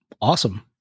awesome